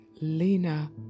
Lena